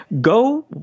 go